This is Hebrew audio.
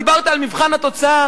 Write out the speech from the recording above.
דיברת על מבחן התוצאה,